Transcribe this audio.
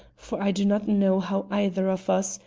for i do not know how either of us,